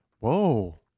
Whoa